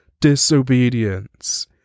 disobedience